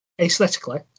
aesthetically